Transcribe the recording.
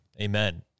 Amen